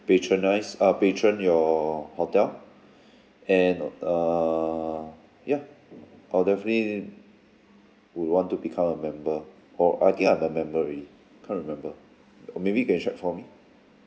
patronise uh patron your hotel and err ya I'll definitely would want to become a member or I think I'm a member already can't remember maybe you can check for me